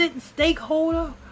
stakeholder